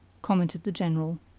commented the general.